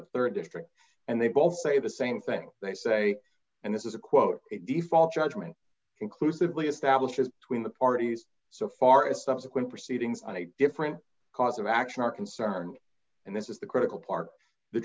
the rd district and they both say the same thing they say and this is a quote the fault judgment conclusively establishes tween the parties so far as subsequent proceedings on a different cause of action are concerned and this is the critical part